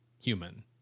human